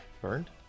burned